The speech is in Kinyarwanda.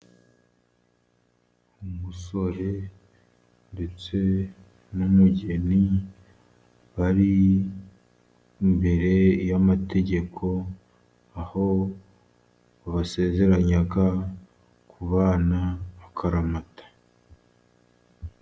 Umusore ndetse n'umugeni, bari imbere y'amategeko, aho basezeranya kubana akaramata.